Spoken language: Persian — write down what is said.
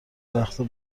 وقتها